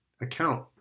account